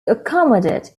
accommodate